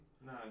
No